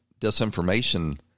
disinformation